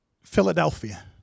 Philadelphia